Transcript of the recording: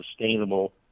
sustainable